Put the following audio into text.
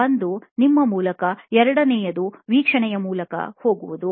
ಒಂದು ನಿಮ್ಮ ಮೂಲಕ ಎರಡನೆಯದು ವೀಕ್ಷಣೆಯ ಮೂಲಕ ಹೋಗುವುದು